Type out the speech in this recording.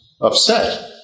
upset